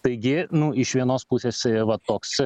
taigi nu iš vienos pusės va toks